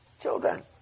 Children